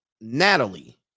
Natalie